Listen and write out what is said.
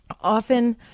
often